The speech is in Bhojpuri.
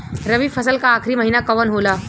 रवि फसल क आखरी महीना कवन होला?